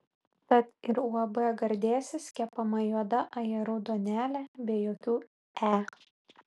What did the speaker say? tad ir uab gardėsis kepama juoda ajerų duonelė be jokių e